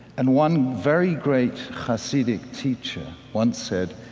and one very great hasidic teacher once said,